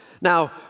Now